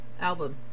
album